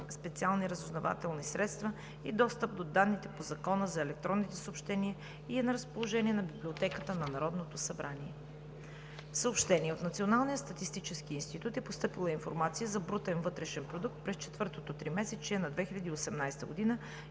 специалните разузнавателни средства и достъпа до данните по Закона за електронните съобщения и е на разположение в Библиотеката на Народното събрание. От Националния статистически институт е постъпила информация за: „Брутен вътрешен продукт през четвъртото тримесечие на 2018 г. и